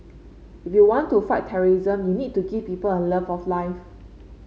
if you want to fight terrorism you need to give people a love of life